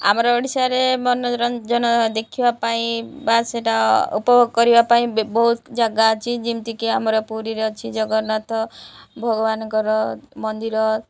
ଆମର ଓଡ଼ିଶାରେ ମନୋରଞ୍ଜନ ଦେଖିବା ପାଇଁ ବା ସେଇଟା ଉପଭୋଗ କରିବା ପାଇଁ ବହୁତ ଜାଗା ଅଛି ଯେମିତିକି ଆମର ପୁରୀରେ ଅଛି ଜଗନ୍ନାଥ ଭଗବାନଙ୍କର ମନ୍ଦିର